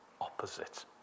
opposite